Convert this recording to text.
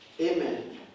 Amen